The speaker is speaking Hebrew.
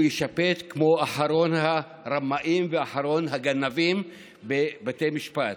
יישפט כאחרון הרמאים ואחרון הגנבים בבתי משפט.